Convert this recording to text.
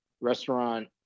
restaurant